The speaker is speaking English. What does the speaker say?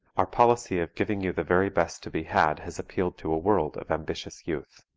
our policy of giving you the very best to be had has appealed to a world of ambitious youth.